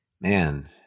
Man